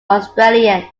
australian